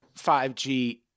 5G